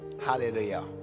hallelujah